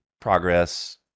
progress